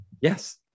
yes